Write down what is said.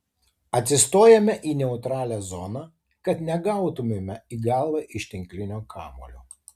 atsistojame į neutralią zoną kad negautumėme į galvą iš tinklinio kamuolio